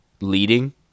leading